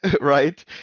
right